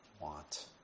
want